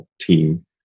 team